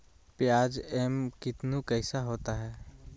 प्याज एम कितनु कैसा होता है?